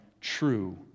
true